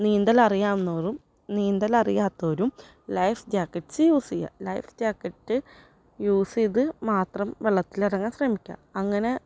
നീന്തൽ അറിയാവുന്നവരും നീന്തൽ അറിയാത്തവരും ലൈഫ്സ് ജാക്കറ്റ്സ് യൂസ് ചെയ്യുക ലൈഫ് ജാക്കറ്റ് യൂസ് ചെയ്ത് മാത്രം വെള്ളത്തിൽ ഇറങ്ങാൻ ശ്രമിക്കുക അങ്ങനെ